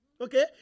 Okay